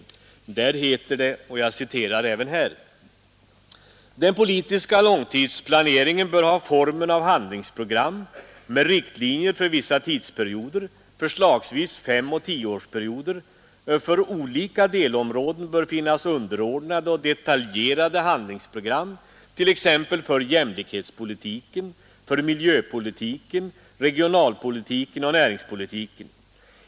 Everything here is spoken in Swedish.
Där heter det: ”Den politiska långtidsplaneringen bör ha formen av handlingsprogram med riktlinjer för vissa tidsperioder, förslagsvis 5 och 10-årsperioder. För olika delområden bör finnas underordnade och detaljerade handlingsprogram, t.ex. för jämlikhetspolitiken, miljöpolitiken, regionalpolitiken och = näringspolitiken.